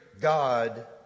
God